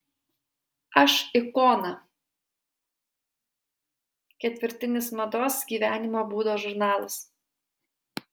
aš ikona ketvirtinis mados gyvenimo būdo žurnalas